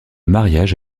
mariage